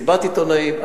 מסיבת עיתונאים,